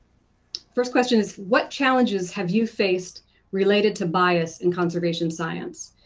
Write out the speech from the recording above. first question is what challenges have you faced related to bias in conservation science?